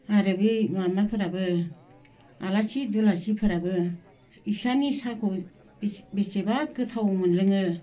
आरो बै माबाफोराबो आलासि दुलासिफोराबो बिसोरनि साहाखौ बेसेबा गोथाव मोनलोङो